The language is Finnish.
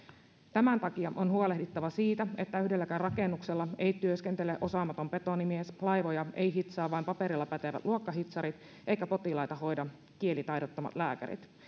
tämän takia on huolehdittava siitä että yhdelläkään rakennuksella ei työskentele osaamaton betonimies laivoja eivät hitsaa vain paperilla pätevät luokkahitsarit eivätkä potilaita hoida kielitaidottomat lääkärit